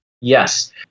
Yes